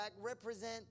represent